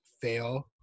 fail